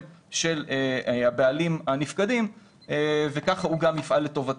של הבעלים הנפקדים וכך הוא גם יפעל לטובתם.